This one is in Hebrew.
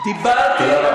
גברתי, דיברתי, תודה.